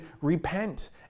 repent